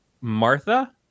Martha